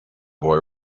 boy